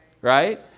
right